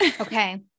Okay